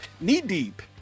knee-deep